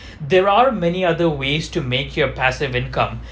there are many other ways to make your passive income